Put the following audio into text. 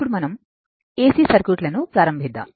ఇప్పుడు మనం ఏసి సర్క్యూట్లను ప్రారంభిద్దాం